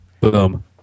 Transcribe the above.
Boom